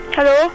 Hello